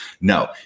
No